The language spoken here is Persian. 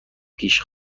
پیش